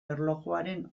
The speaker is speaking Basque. erlojuaren